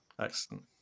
Excellent